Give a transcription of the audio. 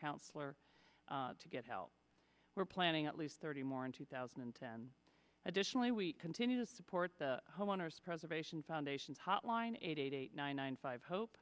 counselor to get help we're planning at least thirty more in two thousand and ten additionally we continue to support the homeowner preservation foundation hotline eight hundred ninety five hope